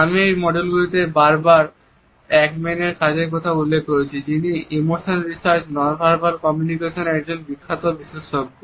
আমি এই মডিউলটিতে বারবার পল একম্যানের কাজের কথা উল্লেখ করেছি যিনি ইমোশন রিসার্চে নন ভার্বাল কমিউনিকেশনে একজন বিখ্যাত বিশেষজ্ঞ